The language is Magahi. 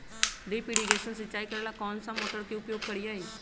ड्रिप इरीगेशन सिंचाई करेला कौन सा मोटर के उपयोग करियई?